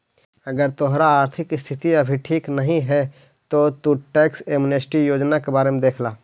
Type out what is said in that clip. अगर तोहार आर्थिक स्थिति अभी ठीक नहीं है तो तु टैक्स एमनेस्टी योजना के बारे में देख ला